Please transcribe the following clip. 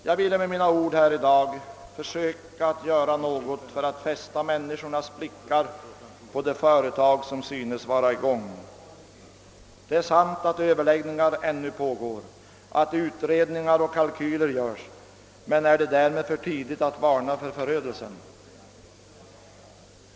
Jag vill med mina ord här i dag försöka göra något för att fästa människornas blickar på det företag som synes vara i gång. Det är sant att överläggningar ännu pågår samt att utredningar och kalkyler görs. Är det då för tidigt att varna för förödelsen?